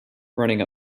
running